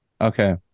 Okay